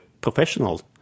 professionals